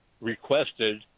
requested